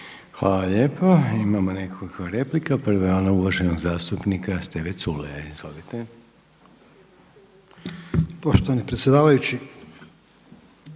Hvala lijepo. Imamo nekoliko replika. Prva je ona uvaženog zastupnika Steve Culeja. Izvolite.